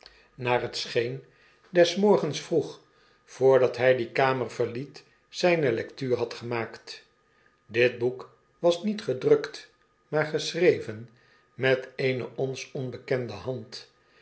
des morgens vroeg voordat hy die kamer verliet zyne lectuur had gemaakt dit boek was niet gedrukt maar geschreven met eene ons onbekende hand